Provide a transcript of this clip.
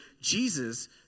Jesus